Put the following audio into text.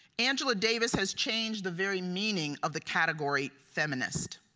angela davis has changed the very meaning of the category feminist.